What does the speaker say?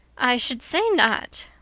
i should say not.